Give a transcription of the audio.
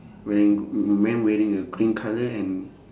wearing m~ m~ man wearing a green colour and